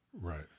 Right